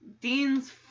Dean's